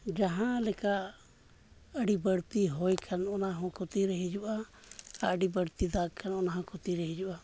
ᱡᱟᱦᱟᱸᱞᱮᱠᱟ ᱟᱹᱰᱤ ᱵᱟᱹᱲᱛᱤ ᱦᱚᱭ ᱠᱷᱟᱱ ᱚᱱᱟᱦᱚᱸ ᱠᱷᱚᱛᱤᱨᱮ ᱦᱤᱡᱩᱜᱼᱟ ᱟᱨ ᱟᱹᱰᱤ ᱵᱟᱹᱲᱛᱤ ᱫᱟᱜᱽ ᱠᱷᱟᱱ ᱚᱱᱟᱦᱚᱸ ᱠᱷᱚᱛᱤᱨᱮ ᱦᱤᱡᱩᱜᱼᱟ